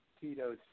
Tito's